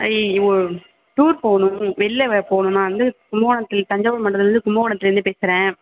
ஐயயோ டூர் போகணும் வெளில போகணும் நான் வந்து கும்பகோணம் தஞ்சாவூர் மாவட்டத்துலந்து கும்பகோணத்துலர்ந்து பேசுகிறேன்